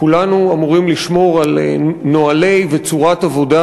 כולנו אמורים לשמור על נוהלי עבודה וצורת עבודה.